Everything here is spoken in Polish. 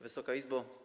Wysoka Izbo!